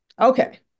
okay